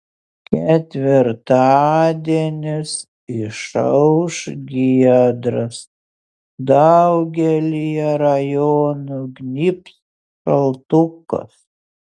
ketvirtadienis išauš giedras daugelyje rajonų gnybs šaltukas